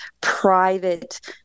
private